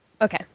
Okay